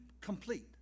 Complete